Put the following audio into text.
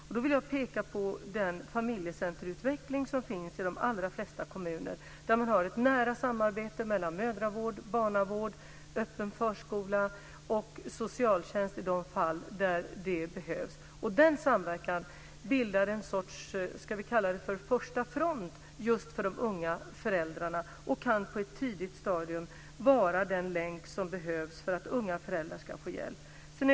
Jag vill peka på den familjecenterutveckling som finns i de allra flesta kommuner, där man har ett nära samarbete mellan mödravård, barnavård och öppen förskola, och socialtjänst i de fall där det behövs. Den samverkan bildar en sorts första front just för de unga föräldrarna och kan på ett tidigt stadium vara den länk som behövs för att unga föräldrar ska få hjälp.